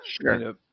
Sure